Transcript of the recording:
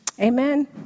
Amen